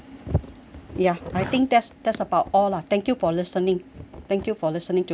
ya I think that's that's about all lah thank you for listening thank you for listening to my feedback